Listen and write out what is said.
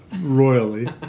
royally